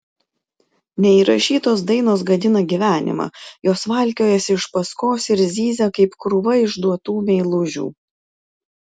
neįrašytos dainos gadina gyvenimą jos valkiojasi iš paskos ir zyzia kaip krūva išduotų meilužių